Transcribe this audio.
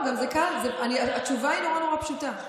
התשובה נורא נורא פשוטה,